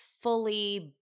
fully